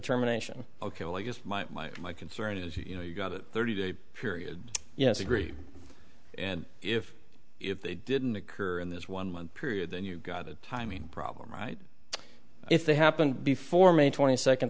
terminations ok well i guess my my my concern is you know you got it thirty day period yes agree and if if they didn't occur in this one month period then you got it timing problem right if they happened before may twenty second